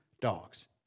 dogs